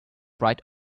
bright